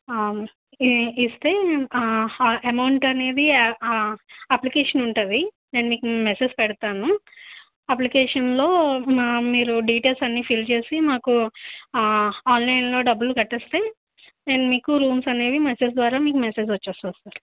ఇ ఇస్తే అమౌంట్ అనేది అప్లికేషన్ ఉంటుంది నేను మీకు మెసేజ్ పెడతాను అప్లికేషన్లో మా మీరు డీటెయిల్స్ అన్నీ ఫిల్ చేసి మాకు ఆన్లైన్లో డబ్బులు కట్టేస్తే నేను మీకు రూమ్స్ అనేవి మెసేజ్ ద్వారా మీకు మెసేజ్ వచ్చేస్తుంది సార్